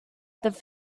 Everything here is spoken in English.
this